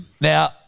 Now